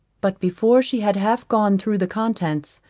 but before she had half gone through the contents,